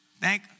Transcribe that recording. Thank